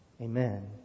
Amen